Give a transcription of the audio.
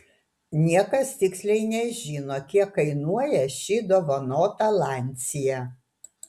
niekas tiksliai nežino kiek kainuoja ši dovanota lancia